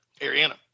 Ariana